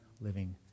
living